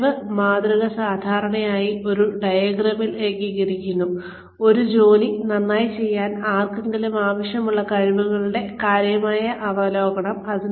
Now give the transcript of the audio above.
കഴിവ് മാതൃക സാധാരണയായി ഒരു ജോലി നന്നായി ചെയ്യാൻ ആർക്കെങ്കിലും ആവശ്യമായ കഴിവുകളുടെ കൃത്യമായ അവലോകനം ഒരു ഡയഗ്രാമിൽ ഏകീകരിക്കുന്നു